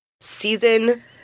Season